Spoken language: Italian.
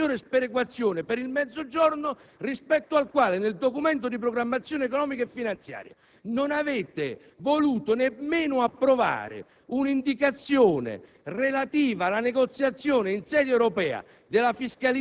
dell'industria e sul piano territoriale determinando un'ulteriore sperequazione per il Mezzogiorno, nel Documento di programmazione economico-finanziaria non avete voluto nemmeno approvare un'indicazione